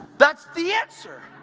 that's the answer!